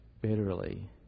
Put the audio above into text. bitterly